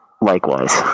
Likewise